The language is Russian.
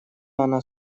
она